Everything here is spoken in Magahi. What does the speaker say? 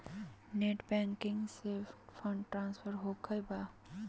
नेट बैंकिंग से फंड ट्रांसफर होखें बा?